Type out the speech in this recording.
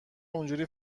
اونحوری